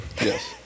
Yes